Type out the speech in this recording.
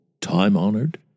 time-honored